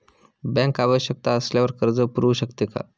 Bank आवश्यकता असल्यावर कर्ज पुरवू शकते का?